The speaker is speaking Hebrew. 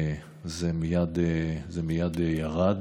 זה מייד ירד,